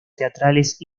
teatrales